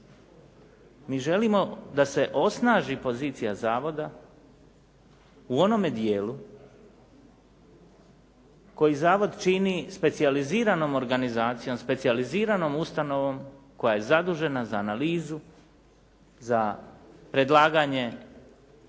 Mi želimo da se osnaži pozicija zavoda u onome dijelu koji zavod čini specijaliziranom organizacijom, specijaliziranom ustanovom koja je zadužena za analizu, za predlaganje